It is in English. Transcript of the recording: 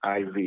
IV